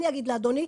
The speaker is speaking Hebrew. אני אגיד לאדוני,